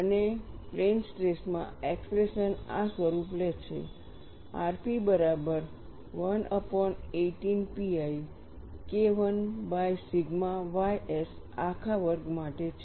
અને પ્લેન સ્ટ્રેસમાં એક્સપ્રેશન આ સ્વરૂપ લે છે rp બરાબર 118 pi KI by sigma ys આખા વર્ગ માટે છે